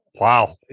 Wow